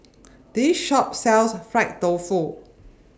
This Shop sells Fried Tofu